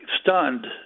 stunned